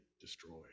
destroyed